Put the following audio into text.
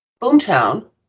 boomtown